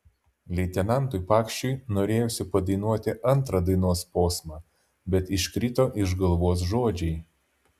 leitenantui pakšiui norėjosi padainuoti antrą dainos posmą bet iškrito iš galvos žodžiai